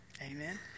Amen